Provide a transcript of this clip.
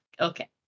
Okay